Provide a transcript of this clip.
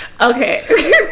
Okay